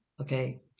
okay